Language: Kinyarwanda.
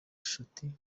nshuti